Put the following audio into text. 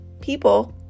people